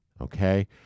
Okay